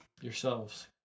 yourselves